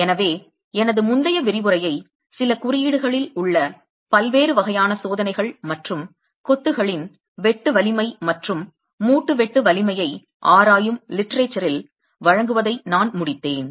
எனவே எனது முந்தைய விரிவுரையை சில குறியீடுகளில் உள்ள பல்வேறு வகையான சோதனைகள் மற்றும் கொத்துகளின் வெட்டு வலிமை மற்றும் மூட்டு வெட்டு வலிமையை ஆராயும் லிட்டரேச்சர் ல் வழங்குவதை நான் முடித்தேன்